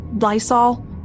Lysol